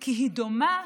כי היא דומה